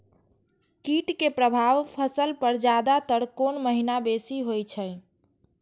कीट के प्रभाव फसल पर ज्यादा तर कोन महीना बेसी होई छै?